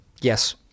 Yes